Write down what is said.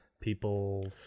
people